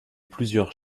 plusieurs